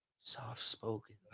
soft-spoken